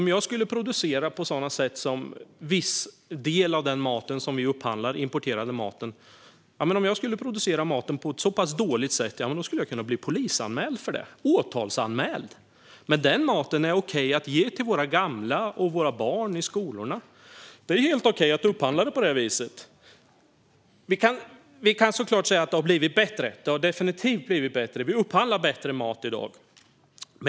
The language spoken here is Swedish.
Om jag då skulle producera på ett så pass dåligt sätt som en viss del av den mat som vi upphandlar är producerad på skulle jag kunna bli polisanmäld och åtalad för detta. Men den maten är tydligen okej att ge till våra gamla och till våra barn i skolorna. Det är helt okej att upphandla maten på det viset. Vi kan såklart säga att det har blivit bättre. Det har det definitivt blivit; vi upphandlar bättre mat i dag.